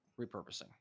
repurposing